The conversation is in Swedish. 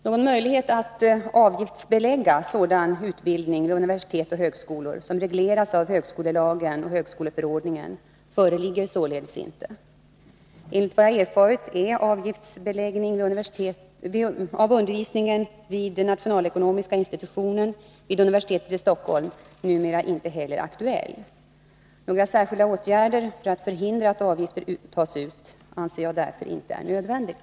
Någon möjlighet att avgiftsbelägga sådan utbildning vid universitet och högskolor som regleras av högskolelagen och högskoleförordningen föreligger således inte. Enligt vad jag erfarit är avgiftsbeläggning av undervisning vid nationalekonomiska institutionen vid universitet i Stockholm numera inte heller aktuell. Några särskilda åtgärder för att förhindra att avgifter tas ut anser jag därför inte vara nödvändiga.